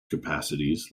capacities